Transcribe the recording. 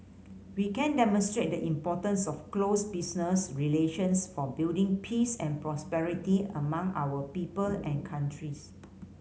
we can demonstrate the importance of close business relations for building peace and prosperity among our people and countries